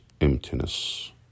emptiness